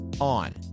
on